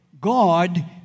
God